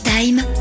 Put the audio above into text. Time